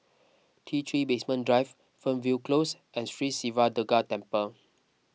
T three Basement Drive Fernvale Close and Sri Siva Durga Temple